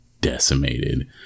decimated